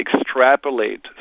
extrapolate